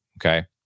okay